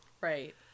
Right